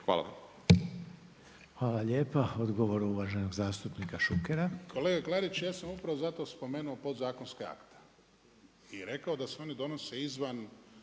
(HDZ)** Hvala lijepa. Odgovor uvaženi zastupnika Šukera. **Šuker, Ivan (HDZ)** Kolega Klarić, ja sam upravo zato spomenuo podzakonske akte. I rekao da se oni donose izvan